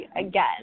again